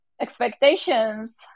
expectations